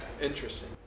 Interesting